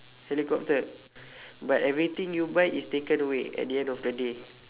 helicopter but everything you buy is taken away at the end of the day